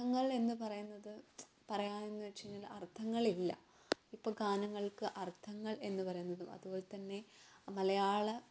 അർഥങ്ങൾ എന്ന് പറയുന്നത് പറയാന്ന് വെച്ച് കഴിഞ്ഞാൽ അർഥങ്ങൾ ഇല്ല ഇപ്പം ഗാനങ്ങൾക്ക് അർഥങ്ങൾ എന്ന് പറയുന്നത് അതുപോലെ തന്നെ മലയാള